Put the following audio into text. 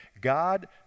God